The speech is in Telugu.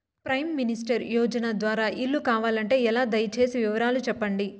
ప్రైమ్ మినిస్టర్ యోజన ద్వారా ఇల్లు కావాలంటే ఎలా? దయ సేసి వివరాలు సెప్పండి?